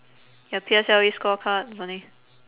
your P_S_L_E scorecard or something